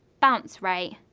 bounce rate,